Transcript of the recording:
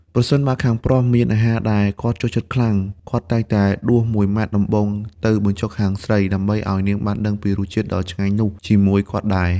ប្រសិនបើខាងប្រុសមានអាហារដែលគាត់ចូលចិត្តខ្លាំង គាត់តែងតែដួសមួយម៉ាត់ដំបូងទៅបញ្ចុកខាងស្រី ដើម្បីឱ្យនាងបានដឹងពីរសជាតិដ៏ឆ្ងាញ់នោះជាមួយគាត់ដែរ។